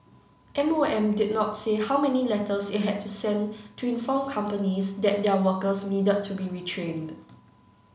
M O M did not say how many letters it had to sent to inform companies that their workers needed to be retrained